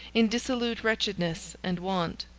in dissolute wretchedness and want.